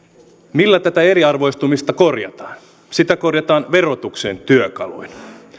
millä tätä eriarvoistumista korjataan sitä korjataan verotuksen työkaluin